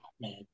Man